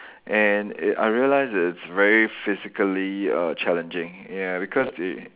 and it I realised that it's very physically uh challenging ya because it